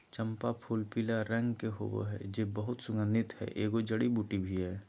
चम्पा फूलपीला रंग के होबे हइ जे बहुत सुगन्धित हइ, एगो जड़ी बूटी भी हइ